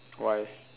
why